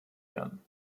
werden